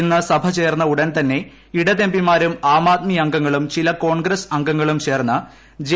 ഇന്ന് സഭ ചേർന്ന ഉടൻ തന്നെ ഇടത് എം പിമാരും ആം ആദ്മി അംഗങ്ങളും ചില കോൺഗ്രസ് അംഗങ്ങളും ചേർന്ന് ജെ